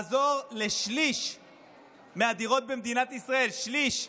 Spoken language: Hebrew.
לעזור לשליש מהדירות במדינת ישראל; בשליש,